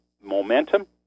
momentum